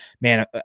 man